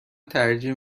ترجیح